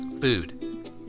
Food